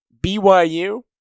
BYU